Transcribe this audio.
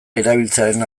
erabiltzearen